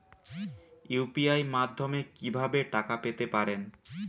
UPI মাধ্যমে কি ভাবে টাকা পেতে পারেন?